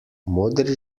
modri